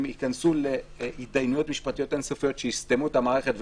ייכנסו להתדיינויות משפטיות אין-סופיות שיסתמו את המערכת,